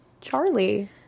Charlie